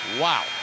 Wow